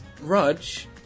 Raj